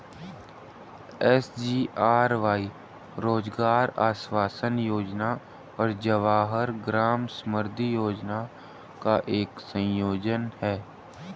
SGRY Rozgar Ashwasan Yojana और जवाहर ग्राम समृद्धि योजना का एक संयोजन है